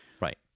Right